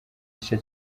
gice